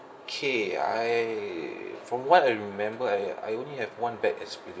I from what I remember I I only have one bad experience